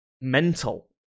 mental